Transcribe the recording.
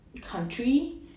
country